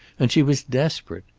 and she was desperate.